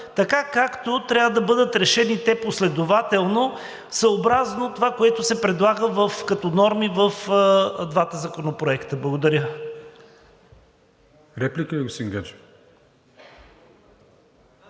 така, както трябва да бъдат решени – последователно, съобразно това, което се предлага като норми в двата законопроекта. Благодаря